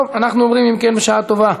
אנחנו עוברים, אם כן, בשעה טובה,